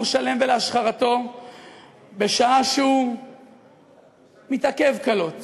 שלם ולהשחרתו בשעה שהוא מתעכב קלות